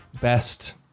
best